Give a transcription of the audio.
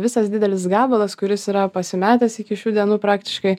visas didelis gabalas kuris yra pasimetęs iki šių dienų praktiškai